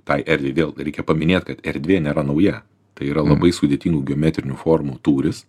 tai erdvei vėl reikia paminėt kad erdvė nėra nauja tai yra labai sudėtingų geometrinių formų tūris